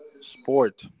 sport